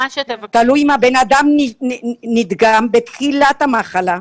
זה תלוי אם האדם נדגם בתחילת המחלה.